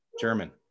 german